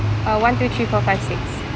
uh one two three four five six